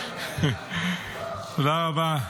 תודה רבה.